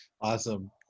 Awesome